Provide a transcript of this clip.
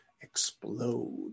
explode